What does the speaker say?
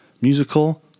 musical